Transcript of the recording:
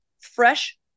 fresh